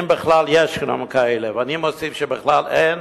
אם בכלל ישנם כאלה" ואני מוסיף שבכלל אין.